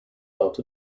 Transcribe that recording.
about